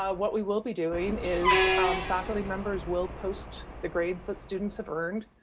ah what we will be doing is faculty members will post the grades that students have earned.